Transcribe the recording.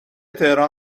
تهران